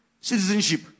citizenship